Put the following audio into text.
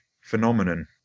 phenomenon